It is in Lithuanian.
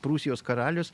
prūsijos karalius